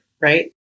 right